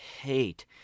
hate